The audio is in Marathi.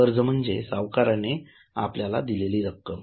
कर्ज म्हणजे सावकाराने आपल्याला दिलेली रक्कम